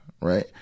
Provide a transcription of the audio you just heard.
Right